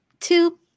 two